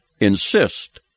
insist